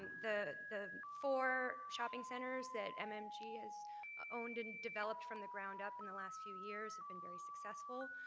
the the four shopping centers that um mmg has owned and developed from the ground up in the last few years have been very successful,